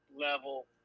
level